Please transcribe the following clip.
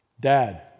Dad